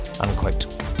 unquote